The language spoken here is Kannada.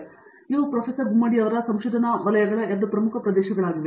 ಆದ್ದರಿಂದ ಇವು ಪ್ರೊಫೆಸರ್ ಗುಮ್ಮಡಿಯ ಸಂಶೋಧನಾ ವಲಯಗಳ 2 ಪ್ರಮುಖ ಪ್ರದೇಶಗಳಾಗಿವೆ